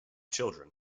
children